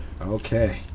Okay